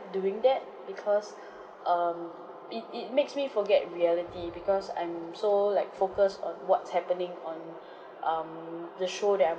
doing that because um it it makes me forget reality because I'm so like focused on what's happening on um the show that I'm